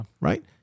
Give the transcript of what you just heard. right